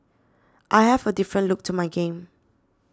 I have a different look to my game